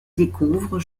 découvre